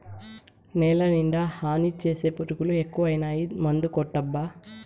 నేలనిండా హాని చేసే పురుగులు ఎక్కువైనాయి మందుకొట్టబ్బా